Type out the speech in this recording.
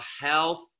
health